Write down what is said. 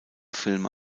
filme